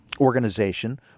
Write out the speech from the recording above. organization